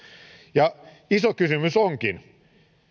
ja iso kysymys onkin